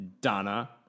Donna